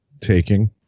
taking